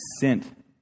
sent